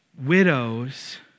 widows